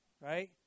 right